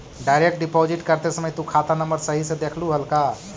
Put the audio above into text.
Direct deposit करते समय तु खाता नंबर सही से देखलू हल का?